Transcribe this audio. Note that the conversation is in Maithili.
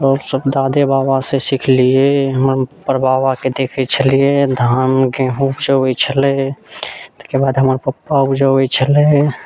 आओर सब दादे बाबासँ सीखलियै हम परबाबाके देखै छलियनि धान गेहूँ उपजबै छलै तकर बाद हमर पप्पा उपजबै छलै